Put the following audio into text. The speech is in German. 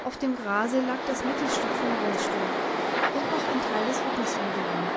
auf dem grase lag das mittelstück vom rollstuhl und noch ein teil des rückens hing daran